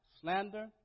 slander